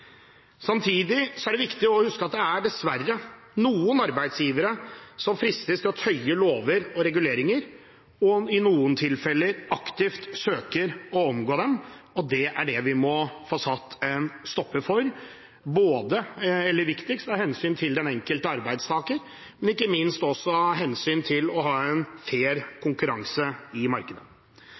Samtidig er det viktig å huske at det er dessverre noen arbeidsgivere som fristes til å tøye lover og reguleringer og i noen tilfeller aktivt søker å omgå dem. Det er det vi må få satt en stopper for – viktigst av hensyn til den enkelte arbeidstaker, men ikke minst også av hensyn til en fair konkurranse i markedet.